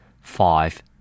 Five